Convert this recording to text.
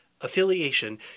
affiliation